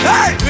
Hey